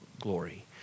glory